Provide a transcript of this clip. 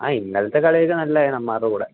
ആ ഇന്നൽത്തെ കളിയൊക്കെ നല്ലയാരുന്നു അമ്മാർടെ കൂടെ